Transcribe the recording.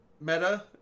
meta